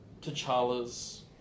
T'Challa's